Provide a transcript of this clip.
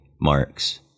marks